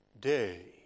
day